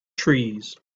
trees